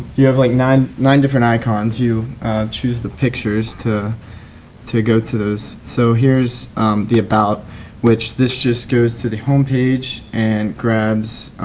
you have like nine nine different icons. you choose the pictures to to go to those. so here's the about which this just goes to the homepage and grabs